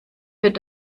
wird